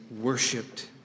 worshipped